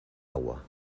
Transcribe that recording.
agua